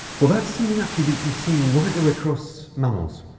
well, that's something actually that you see right there across mammals.